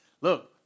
Look